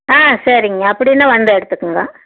ஆ சரிங்க அப்படின்னா வந்து எடுத்துக்குங்க